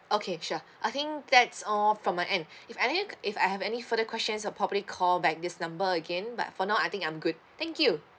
okay sure I think that's all from my end if any if I have any further questions I'll probably call back this number again but for now I think I'm good thank you